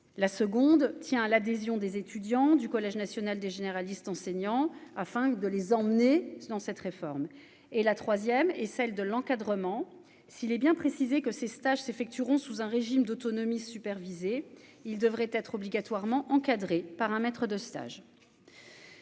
la seconde tient l'adhésion des étudiants du Collège national des généralistes enseignants afin de les emmener dans cette réforme et la troisième, et celle de l'encadrement, s'il est bien précisé que ces stages s'effectueront sous un régime d'autonomie supervisée, il devrait être obligatoirement encadré par un maître de stage.